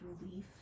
relief